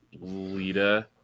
Lita